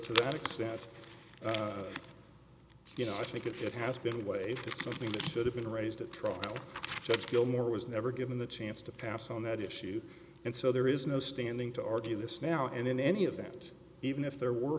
to that extent you know i think it has been way something that should have been raised at trial judge gilmore was never given the chance to pass on that issue and so there is no standing to argue this now and in any event even if there were